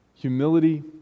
Humility